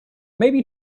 maybe